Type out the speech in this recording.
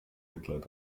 mitleid